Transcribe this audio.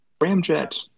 Ramjet